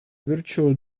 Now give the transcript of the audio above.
virtual